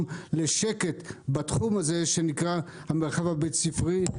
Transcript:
לשקט בתחום הזה שנקרא המרחב הבית ספרי,